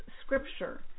scripture